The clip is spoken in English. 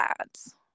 ads